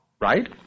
Right